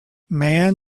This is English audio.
man